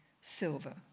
silver